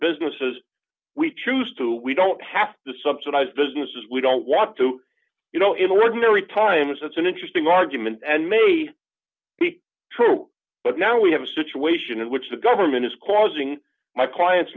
businesses we choose to we don't have to subsidize businesses we don't want to you know in ordinary times that's an interesting argument and may be true but now we have a situation in which the government is causing my clients